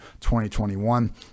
2021